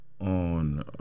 on